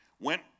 Went